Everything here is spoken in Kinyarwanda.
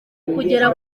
kugera